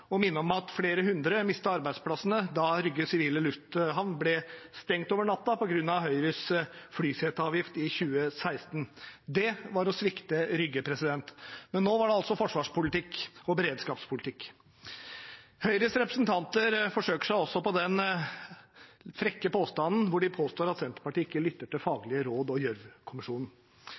å minne om at flere hundre mistet arbeidsplassene sine da Rygge sivile lufthavn ble stengt over natten på grunn av Høyres flyseteavgift i 2016. Det var å svikte Rygge. Men nå gjelder det altså forsvars- og beredskapspolitikk. Høyres representanter forsøker seg også på den frekke påstanden om at Senterpartiet ikke lytter til faglige råd og